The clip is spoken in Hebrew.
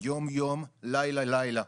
יום-יום לילה-לילה.